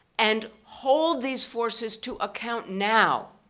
and hold these forces to account now,